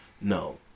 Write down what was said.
No